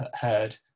heard